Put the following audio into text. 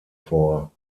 vor